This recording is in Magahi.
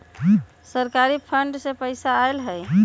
सरकारी फंड से पईसा आयल ह?